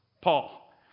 Paul